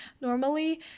normally